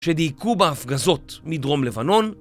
שדייקו בהפגזות מדרום לבנון